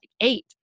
eight